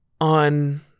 on